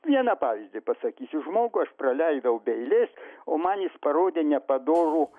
vieną pavyzdį pasakysiu žmogų aš praleidau be eilės o man jis parodė nepadorų